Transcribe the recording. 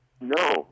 No